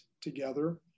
together